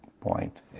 point